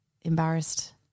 embarrassed